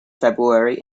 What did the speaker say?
february